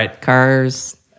cars